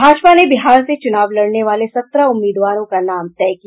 भाजपा ने बिहार से चूनाव लड़ने वाले सत्रह उम्मीदवारों का नाम तय किया